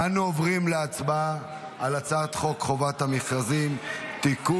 אנו עוברים להצבעה על הצעת חוק חובת המכרזים (תיקון,